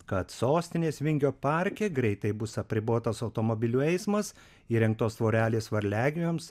kad sostinės vingio parke greitai bus apribotas automobilių eismas įrengtos tvorelės varliagyviams